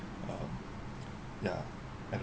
um ya